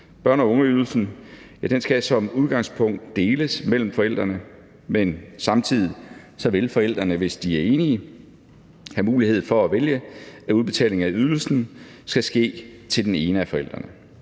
Børne- og ungeydelsen skal som udgangspunkt deles mellem forældrene, men samtidig vil forældrene, hvis de er enige, have mulighed for at vælge, at udbetalingen af ydelsen skal ske til den ene af forældrene.